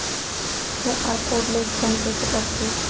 QR code ले scan कइसे करथे?